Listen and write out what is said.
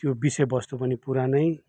त्यो विषय वस्तु पनि पुरानै